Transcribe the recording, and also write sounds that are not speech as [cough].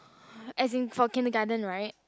[breath] as in for kindergarten right